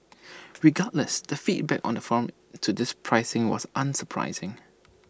regardless the feedback on the forum to this pricing was unsurprising